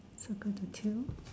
circle the tail